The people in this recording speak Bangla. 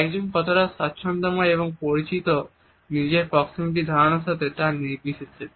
একজন কতটা স্বাচ্ছন্দ্যময় এবং পরিচিত নিজের প্রক্সিমিটির ধারনার সাথে তা নির্বিশেষে